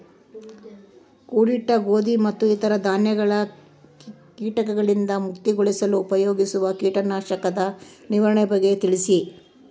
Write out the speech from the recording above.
ಕೂಡಿಟ್ಟ ಗೋಧಿ ಮತ್ತು ಇತರ ಧಾನ್ಯಗಳ ಕೇಟಗಳಿಂದ ಮುಕ್ತಿಗೊಳಿಸಲು ಉಪಯೋಗಿಸುವ ಕೇಟನಾಶಕದ ನಿರ್ವಹಣೆಯ ಬಗ್ಗೆ ತಿಳಿಸಿ?